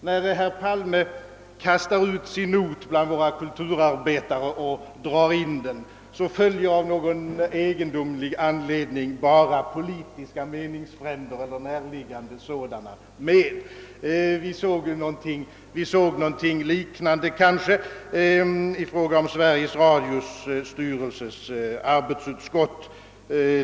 När herr Palme kastar ut sin not bland våra kulturarbetare och drar in den, följer av någon egendomlig anledning bara politiska meningsfränder eller näraliggande sådana med. Vi såg något liknande tidigare i fråga om Sveriges Radios styrelses arbetsutskott.